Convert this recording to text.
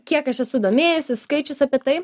kiek aš esu domėjusis skaičius apie tai